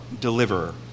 deliverer